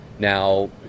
Now